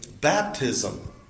baptism